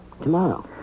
tomorrow